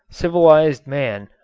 civilized man,